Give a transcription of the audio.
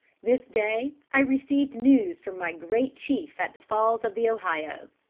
this day i received news from my great chief at the falls of the ohio.